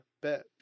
Bet